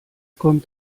kommt